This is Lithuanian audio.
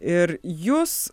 ir jūs